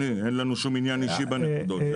אין לנו עניין אישי בנקודות.